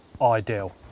Ideal